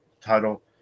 title